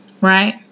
right